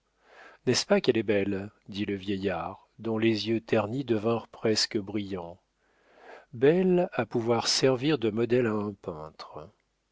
n'est-ce pas qu'elle est belle dit le vieillard dont les yeux ternis devinrent presque brillants belle à pouvoir servir de modèle à un peintre